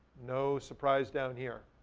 no surprise down here.